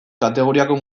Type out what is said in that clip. kategoriako